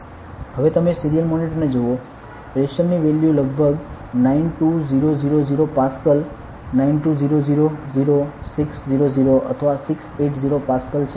હવે તમે સીરીયલ મોનિટરને જુઓ પ્રેશર ની વેલ્યુ લગભગ 92000 પાસ્કલ 92000 600 અથવા 680 પાસ્કલ છે